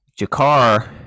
Jakar